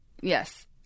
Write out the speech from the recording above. Yes